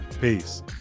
Peace